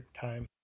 time